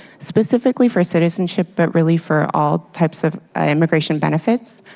specifically for citizenship, but really for all types of immigration benefits.